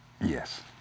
Yes